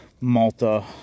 Malta